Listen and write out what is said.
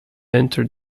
entered